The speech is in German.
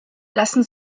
lassen